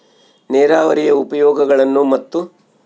ನೇರಾವರಿಯ ಉಪಯೋಗಗಳನ್ನು ಮತ್ತು?